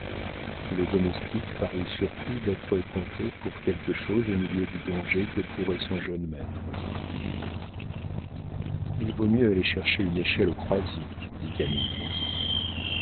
le domestique parut surpris d'être compté pour quelque chose au milieu du danger que courait son jeune maître il vaut mieux aller chercher une échelle au croisic dit camille